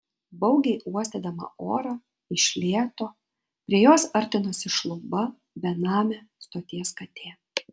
baugiai uostydama orą iš lėto prie jos artinosi šluba benamė stoties katė